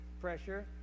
pressure